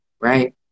Right